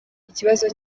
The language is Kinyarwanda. ikibazo